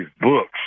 books